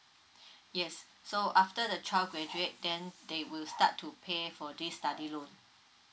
yes so after the child graduate then they will start to pay for this study loan